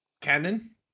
canon